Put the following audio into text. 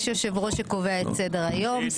יש יושב-ראש שקובע את סדר היום.